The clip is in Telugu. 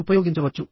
ఉపయోగించవచ్చు